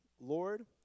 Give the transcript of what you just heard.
Lord